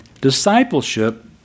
Discipleship